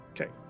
Okay